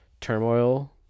turmoil